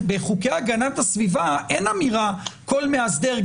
בחוקי הגנת הסביבה אין אמירה כזאת.